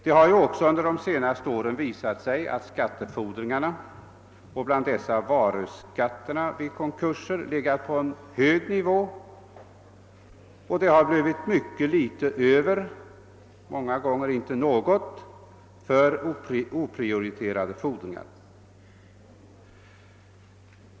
Det har ju också under de senaste åren visat sig att skattefordringarna och bland dessa särskilt fordringarna för varuskatt vid konkurser legat på en hög nivå och att det har blivit mycket litet över, många gånger ingenting alls, för oprioriterade fordringar.